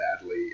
badly